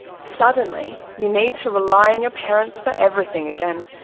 suddenly you need to rely on your parents for everything again,